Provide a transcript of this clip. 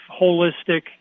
holistic